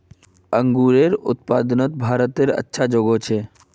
अन्गूरेर उत्पादनोत भारतेर अच्छा जोगोह छे